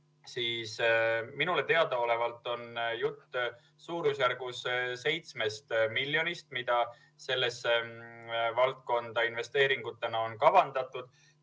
siis minule teadaolevalt on jutt suurusjärgus 7 miljonist, mida sellesse valdkonda investeeringutena on kavandatud.